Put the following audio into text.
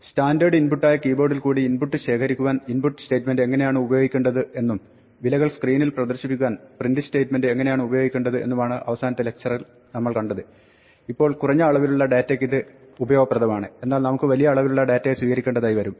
standard ഇൻപുട്ടായ കീബോർഡിൽ കൂടി ഇൻപുട്ട് ശേഖരിക്കുവാൻ ഇൻപുട്ട് സ്റ്റേറ്റ്മെന്റ് എങ്ങിനെയാണ് ഉപയോഗിക്കേണ്ടത് എന്നും വിലകൾ സ്ക്രീനിൽ പ്രദർശിപ്പിക്കുവാൻ പ്രിന്റ് സ്റ്റേറ്റ്മെന്റ് എങ്ങിനെയാണ് ഉപയോഗിക്കേണ്ട് എന്നുമാണ് അവസാനത്തെ ലക്ച്റിൽ നമ്മൾ കണ്ടത് ഇപ്പോൾ കുറഞ്ഞ അളവിലുള്ള ഡാറ്റയ്ക്ക് ഇത് ഉപയോഗപ്രദമാണ് എന്നാൽ നമുക്ക് വലിയ അളവിലുള്ള ഡാറ്റയെ സ്വീകരിക്കേണ്ടതായി വരും